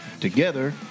Together